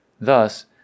Thus